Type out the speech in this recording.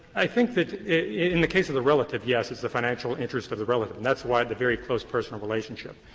i think that in the case of the relative, yes, it's the financial interest of the relative, and that's why the very close personal relationship.